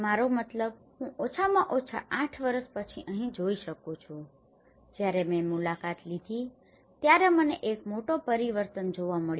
મારો મતલબ હું ઓછામાં ઓછા આઠ વર્ષ પછી અહીં જોઈ શકું છું જ્યારે મેં મુલાકાત લીધી ત્યારે મને એક મોટો પરિવર્તન જોવા મળ્યો